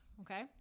okay